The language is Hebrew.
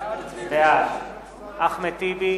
בעד אחמד טיבי,